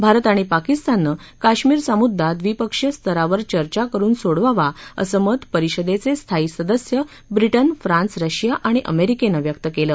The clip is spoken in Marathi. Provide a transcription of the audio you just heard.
भारत आणि पाकिस्तानं कश्मीरचा मुद्दा द्विपक्षीय स्तरावर चर्चा करून सोडवावा असं मत परिषदेचे स्थायी सदस्य ब्रिटन फ्रान्स रशिया आणि अमेरिकेनं व्यक्त केलं